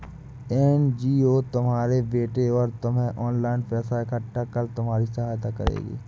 NGO तुम्हारे बेटे और तुम्हें ऑनलाइन पैसा इकट्ठा कर तुम्हारी सहायता करेगी